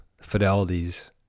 Fidelities